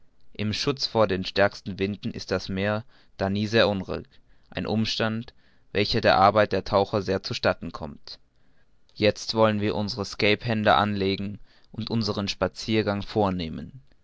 im schutz vor den stärksten winden ist das meer da nie sehr unruhig ein umstand welcher der arbeit der taucher sehr zu statten kommt jetzt wollen wir unsere skaphander anlegen und unseren spaziergang vornehmen